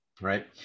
right